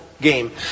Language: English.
game